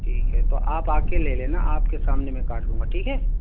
ٹھیک ہے تو آپ آ کے لے لینا آپ کے سامنے میں کاٹ دوں گا ٹھیک ہے